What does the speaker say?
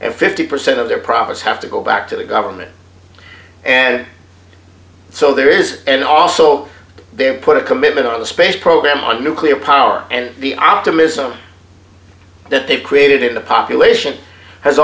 and fifty percent of their profits have to go back to the government and so there is and also they put a commitment on the space program on nuclear power and the optimism that they've created in the population has